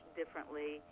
differently